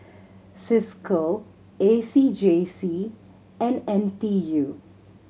Cisco A C J C and N T U